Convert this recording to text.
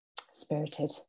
spirited